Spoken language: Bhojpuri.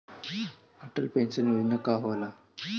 अटल पैंसन योजना का होला?